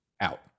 out